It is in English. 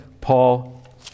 Paul